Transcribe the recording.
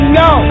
no